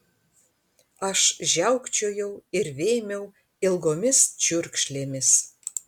aš žiaukčiojau ir vėmiau ilgomis čiurkšlėmis